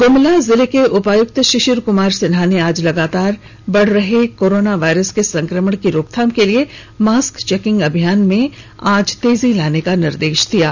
गुमला जिले के उपायुक्त शिशिर कुमार सिन्हा ने आज लगातार बढ़ रहे कोरोना वायरस के संक्रमण की रोकथाम के लिए मास्क चेकिंग अभियान में तेजी लाने के निर्देश दिए हैं